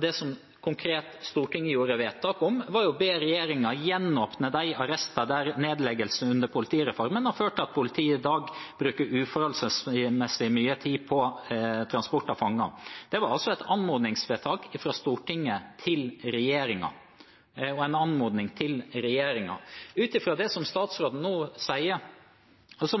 Det som Stortinget konkret gjorde vedtak om, var å be regjeringen gjenåpne arrester der nedleggelser under politireformen har ført til at politiet i dag bruker uforholdsmessig mye tid på transport av fanger. Det var et anmodningsvedtak fra Stortinget og en anmodning til regjeringen. Ut fra det som statsråden nå sier,